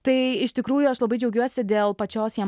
tai iš tikrųjų aš labai džiaugiuosi dėl pačios ja